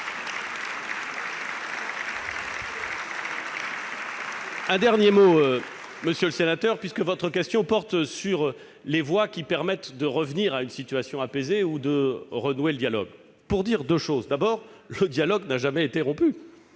un dernier mot, monsieur le sénateur, puisque votre question porte sur les voies permettant de revenir à une situation apaisée ou de renouer le dialogue, pour dire deux choses. D'une part, le dialogue n'a jamais été rompu.